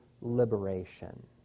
liberation